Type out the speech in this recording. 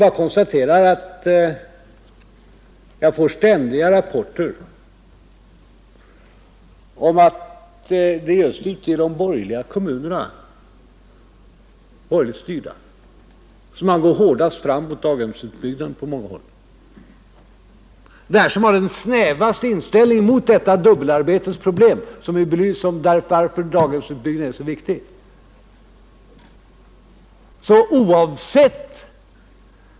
Jag konstaterar bara att jag får ständiga rapporter om att det är just ute i de borgerligt styrda kommunerna som man på många håll går hårdast fram mot daghemsutbyggnaden, att det är där man har den snävaste inställningen till detta dubbelarbetets problem som gör daghemsutbyggnaden så viktig.